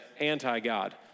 anti-God